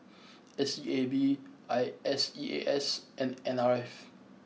S E A B I S E A S and N R F